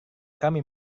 kami